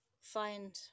find